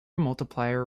multiplier